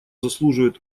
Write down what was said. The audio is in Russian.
заслуживает